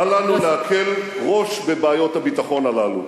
אל לנו להקל ראש בבעיות הביטחון הללו,